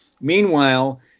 Meanwhile